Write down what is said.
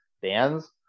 bands